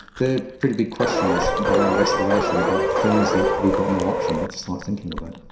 they are pretty big questions around restoration, but things that we've got no option but to start thinking about.